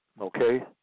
Okay